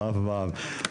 אף פעם.